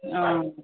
অঁ